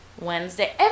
Wednesday